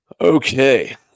okay